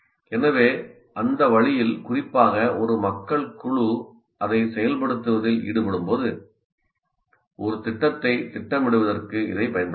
எனவே அந்த வழியில் குறிப்பாக ஒரு மக்கள் குழு அதைச் செயல்படுத்துவதில் ஈடுபடும்போது ஒரு திட்டத்தைத் திட்டமிடுவதற்கு இதைப் பயன்படுத்தலாம்